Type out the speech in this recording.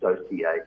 associate